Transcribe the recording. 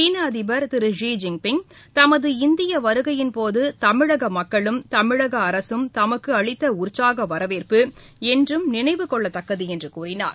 சீனஅதிபர் Thiru Xi Jinping தமது இந்தியவருகையின் போது தமிழகமக்களும் தமிழகஅரசும் தமக்குஅளித்தஉற்சாகவரவேற்பு என்றும் நினைவு கொள்ளத்தக்கதுஎன்றுகூறினார்